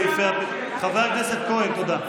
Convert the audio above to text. חבר הכנסת כהן, תודה.